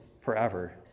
forever